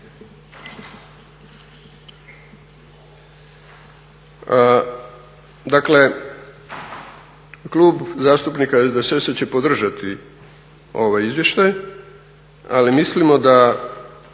Dakle Klub zastupnika SDSS-a će podržati ovaj izvještaj, ali mislimo da